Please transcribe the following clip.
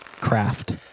craft